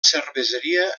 cerveseria